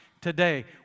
today